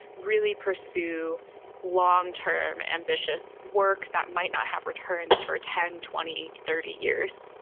really pursue long term ambitious work that might not have returns for ten, twenty, thirty years.